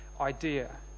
idea